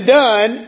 done